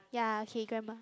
ya okay grandma